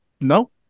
no